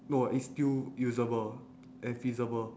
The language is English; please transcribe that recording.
no it's still usable and feasible